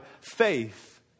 faith